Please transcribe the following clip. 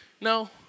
No